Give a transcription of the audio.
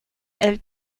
elle